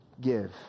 give